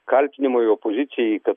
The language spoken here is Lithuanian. kaltinimai opozicijai kad